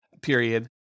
period